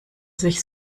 sich